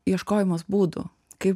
ieškojimas būdų kaip